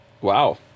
Wow